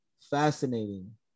fascinating